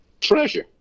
treasure